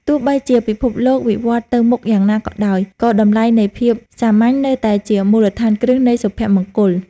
ទោះបីជាពិភពលោកវិវត្តទៅមុខយ៉ាងណាក៏ដោយ ក៏តម្លៃនៃភាពសាមញ្ញនៅតែជាមូលដ្ឋានគ្រឹះនៃសុភមង្គល។